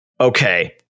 Okay